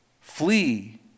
Flee